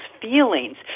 feelings